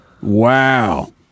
Wow